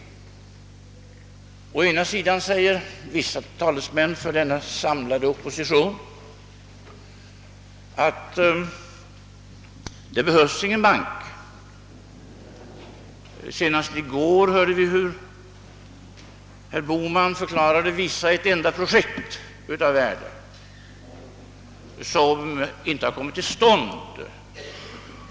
För det första säger vissa talesmän för denna »samlade» opposition att det inte behövs någon bank. Senast i går hörde vi hur herr Bohman efterlyste ett enda projekt av värde som inte kommit till stånd.